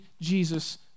Jesus